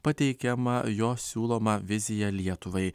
pateikiama jo siūloma vizija lietuvai